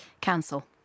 Cancel